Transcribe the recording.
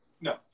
no